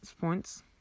points